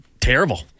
terrible